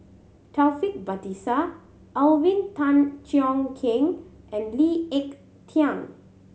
Taufik Batisah Alvin Tan Cheong Kheng and Lee Ek Tieng